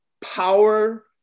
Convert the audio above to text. power